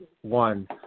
One